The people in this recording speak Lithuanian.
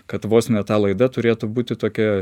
kad vos ne ta laida turėtų būti tokia